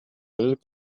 will